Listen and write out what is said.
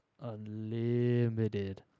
unlimited